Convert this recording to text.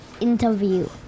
interview